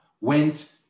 went